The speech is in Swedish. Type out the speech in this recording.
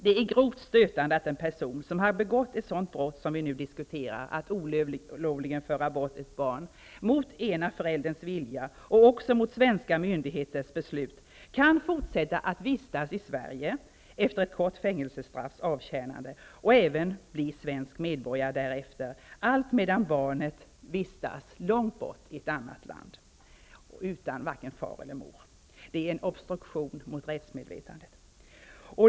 Det är grovt stötande att en person som har begått ett sådant brott som vi nu diskuterar, att olovligt föra bort ett barn mot ena förälderns vilja och också mot svenska myndigheters beslut, kan fortsätta att vistas i Sverige efter ett kort fängelsestraffs avtjänande och även bli svensk medborgare därefter, allt medan barnet vistas långt borta i ett annat land utan varken far eller mor. Det är en obstruktion mot rättsmedvetandet.